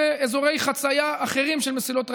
באזורי חצייה אחרים של מסילות רכבת.